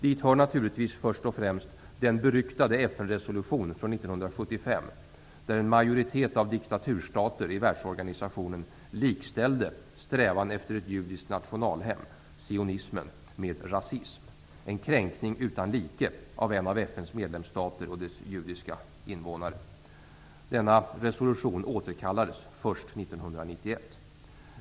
Dit hör naturligtvis först och främst den beryktade FN-resolution från 1975 där en majoritet av diktaturstater i världsorganisationen likställde strävan efter ett judiskt nationalhem, sionismen, med rasism. Det är en kränkning utan like av en av Denna resolution återkallades först 1991.